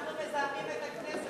שאנחנו מזהמים את הכנסת.